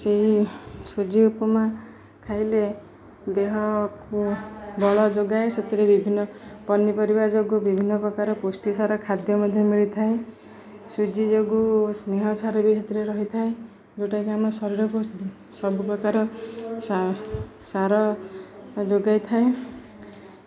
ସେଇ ସୁଜି ଉପମା ଖାଇଲେ ଦେହକୁ ବଳ ଯୋଗାଏ ସେଥିରେ ବିଭିନ୍ନ ପନିପରିବା ଯୋଗୁଁ ବିଭିନ୍ନ ପ୍ରକାର ପୁଷ୍ଟି ସାର ଖାଦ୍ୟ ମଧ୍ୟ ମିଳିଥାଏ ସୁଜି ଯୋଗୁଁ ସ୍ନେହସାର ବି ସେଥିରେ ରହିଥାଏ ଯେଉଁଟାକି ଆମ ଶରୀରକୁ ସବୁପ୍ରକାର ସାର ଯୋଗାଇଥାଏ